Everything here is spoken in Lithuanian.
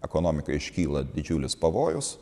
ekonomikai iškyla didžiulis pavojus